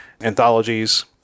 anthologies